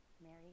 Mary